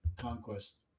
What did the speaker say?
conquest